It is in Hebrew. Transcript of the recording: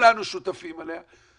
שכולנו שותפים לה,